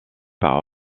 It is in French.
par